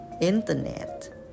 internet